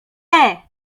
anię